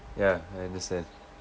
ya I understand